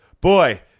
Boy